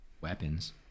weapons